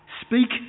speak